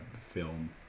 film